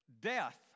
death